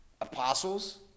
apostles